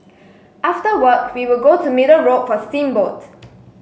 after work we would go to Middle Road for steamboat